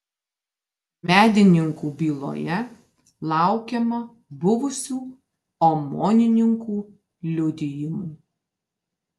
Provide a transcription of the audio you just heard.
medininkų byloje laukiama buvusių omonininkų liudijimų